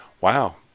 wow